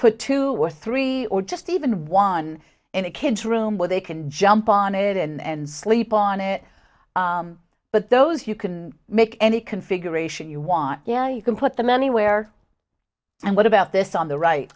put two or three or just even one in a kid's room where they can jump on it and sleep on it but those you can make any configuration you want yeah you can put them anywhere and what about this on the right